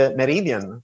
Meridian